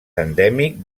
endèmic